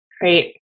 Great